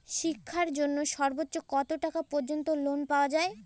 শিক্ষার জন্য সর্বোচ্চ কত টাকা পর্যন্ত লোন পাওয়া য়ায়?